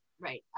Right